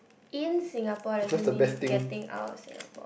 in Singapore doesn't mean getting out of Singapore